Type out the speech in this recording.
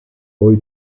hoy